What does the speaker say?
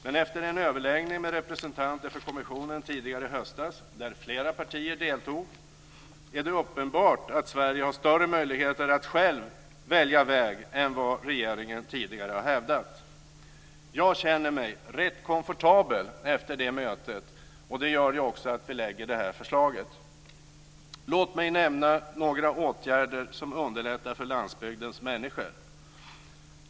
Men efter en överläggning med representanter för kommissionen tidigare i höstas där flera partier deltog är det uppenbart att Sverige har större möjligheter att själv välja väg än vad regeringen tidigare har hävdat. Jag känner mig rätt komfortabel efter det mötet, och det gör ju också att vi lägger fram det här förslaget. Låt mig nämna några åtgärder som underlättar för landsbygdens människor.